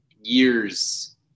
years